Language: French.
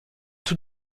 tout